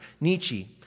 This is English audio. Nietzsche